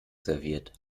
serviert